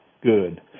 good